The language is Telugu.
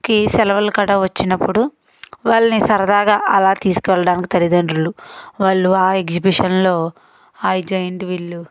కి సెలవులు కట వచ్చినప్పుడు వాళ్ళని సరదాగా అలా తీసుకెళ్ళడానికి తల్లిదండ్రులు వాళ్ళు ఆ ఎగ్జిబిషన్లో హై జెయింట్ వీల్లు